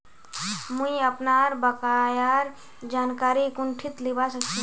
मुई अपनार बकायार जानकारी कुंठित लिबा सखछी